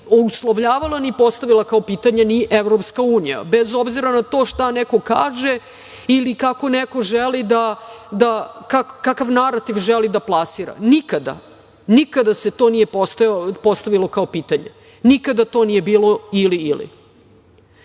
ni uslovljavala ni postavljala kao pitanje ni EU, bez obzira na to šta neko kaže ili kakav narativ želi da plasira. Nikada, nikada se to nije postavilo kao pitanje. Nikada to nije bili ili